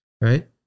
right